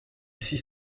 six